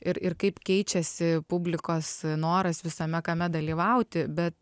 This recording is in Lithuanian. ir kaip keičiasi publikos noras visame kame dalyvauti bet